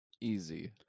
easy